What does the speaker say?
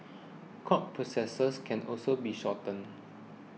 court processes can also be shortened